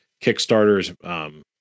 Kickstarter's